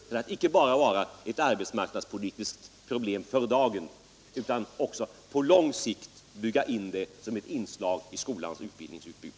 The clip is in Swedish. Detta är icke bara ett arbetsmarknadspolitiskt problem för dagen, utan vi måste på lång sikt bygga in kursverksamheten som ett inslag i skolans utbildningsutbud.